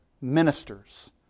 ministers